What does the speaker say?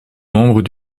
membre